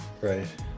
right